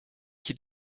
qui